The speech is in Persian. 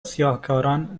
سیاهکاران